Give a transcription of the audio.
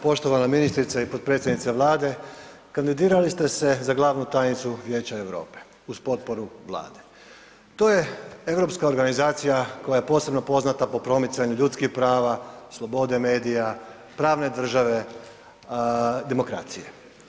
Poštovana ministrice i potpredsjednice Vlade, kandidirali ste se za glavnu tajnicu Vijeća Europe uz potporu Vlade, to je europska organizacija koja je posebno poznata po promicanju ljudskih prava, slobode medija, pravne države, demokracije.